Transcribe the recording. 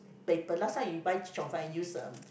paper last time you buy chee cheong fun you use the